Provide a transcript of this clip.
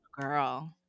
girl